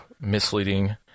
misleading